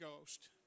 Ghost